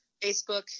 Facebook